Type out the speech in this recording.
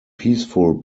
peaceful